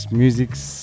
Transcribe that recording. music's